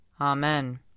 Amen